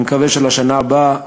אני מקווה שלשנה הבאה